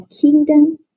kingdom